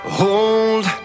hold